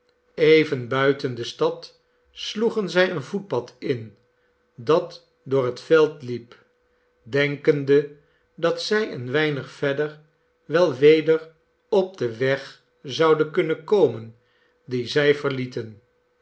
even buiten de stad sloegen zij een voetpad in dat door het veld hep denkende dat zij een weinig verder wel weder op den weg zouden kunnen komen dien zij verlieten